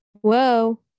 Whoa